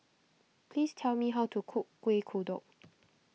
please tell me how to cook Kuih Kodok